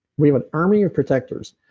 we have an army of protectors.